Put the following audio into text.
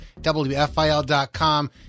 WFIL.com